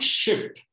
shift